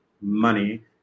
money